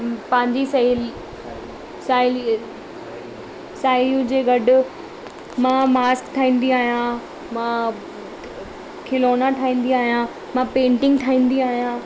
पंहिंजी सहेली साहेली साहिड़ियूं जे गॾु मां मास्क ठाहींदी आहियां मां खिलोना ठाहींदी आहियां मां पेंटिंग ठाहींदी आहियां